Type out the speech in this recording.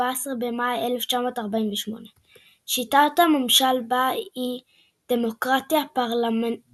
14 במאי 1948. שיטת הממשל בה היא דמוקרטיה פרלמנטרית.